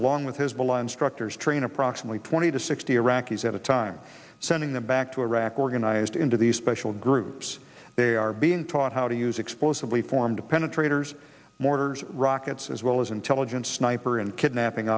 along with his below instructors train approximately twenty to sixty iraqis at a time sending them back to iraq organized into these special groups they are being taught how to use explosively formed penetrators mortars rockets as well as intelligence sniper and kidnapping